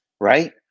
right